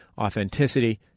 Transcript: Authenticity